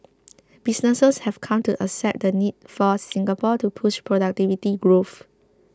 businesses have come to accept the need for Singapore to push productivity growth